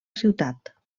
ciutat